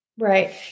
Right